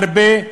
מרפא,